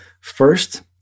first